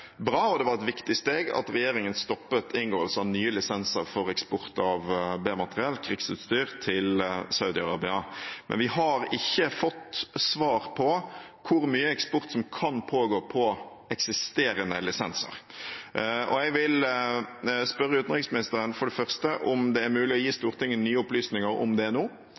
bra, og det var et viktig steg, at regjeringen stoppet inngåelse av nye lisenser for eksport av B-materiell – krigsutstyr – til Saudi-Arabia. Men vi har ikke fått svar på hvor mye eksport som kan pågå på eksisterende lisenser. Jeg vil spørre utenriksministeren for det første om det er mulig å gi Stortinget nye opplysninger om det nå,